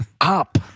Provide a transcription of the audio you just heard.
up